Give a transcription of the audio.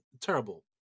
terrible